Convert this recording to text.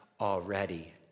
already